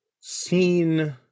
seen